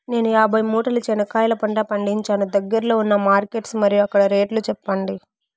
నేను యాభై మూటల చెనక్కాయ పంట పండించాను దగ్గర్లో ఉన్న మార్కెట్స్ మరియు అక్కడ రేట్లు చెప్పండి?